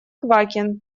квакин